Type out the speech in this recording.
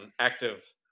active